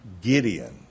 Gideon